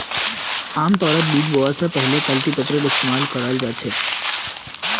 आमतौरत बीज बोवा स पहले कल्टीपैकरेर इस्तमाल कराल जा छेक